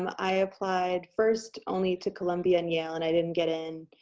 um i applied first only to columbia and yale and i didn't get in,